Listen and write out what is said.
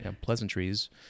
pleasantries